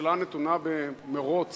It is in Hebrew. הממשלה נתונה במירוץ